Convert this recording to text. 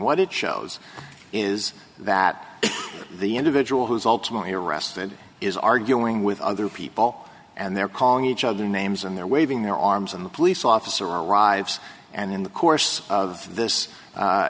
what it shows is that the individual who is ultimately arrested is arguing with other people and they're calling each other names and they're waving their arms and the police officer arrives and in the course of this